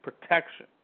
protection